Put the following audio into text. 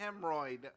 hemorrhoid